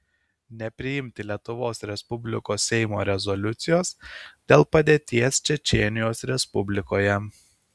nepriimti lietuvos respublikos seimo rezoliucijos dėl padėties čečėnijos respublikoje